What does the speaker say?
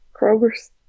Kroger's